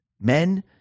men